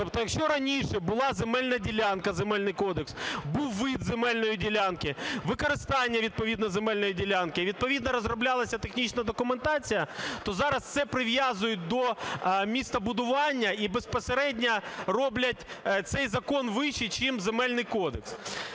Тобто якщо раніше була земельна ділянка (Земельний кодекс), був вид земельної ділянки, використання відповідно земельної ділянки, відповідно розроблялася технічна документація, то зараз це прив'язують до містобудування і безпосередньо роблять цей закон вищим чим Земельний кодекс.